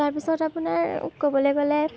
তাৰপিছত আপোনাৰ ক'বলৈ গ'লে